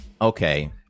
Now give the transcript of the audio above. okay